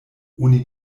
oni